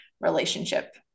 relationship